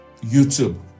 YouTube